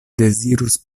dezirus